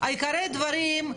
עיקרי הדברים: